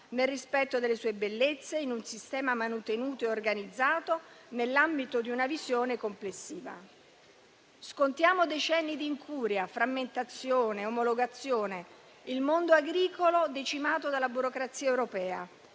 nel rispetto delle sue bellezze, in un sistema manutenuto e organizzato, nell'ambito di una visione complessiva. Scontiamo decenni di incuria, frammentazione, omologazione. Il mondo agricolo è decimato dalla burocrazia europea.